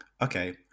okay